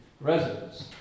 residents